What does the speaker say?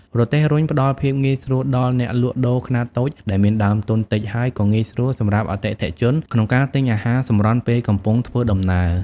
រទេះរុញ ផ្តល់ភាពងាយស្រួលដល់អ្នកលក់ដូរខ្នាតតូចដែលមានដើមទុនតិច ហើយក៏ងាយស្រួលសម្រាប់អតិថិជនក្នុងការទិញអាហារសម្រន់ពេលកំពុងធ្វើដំណើរ។